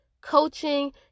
coaching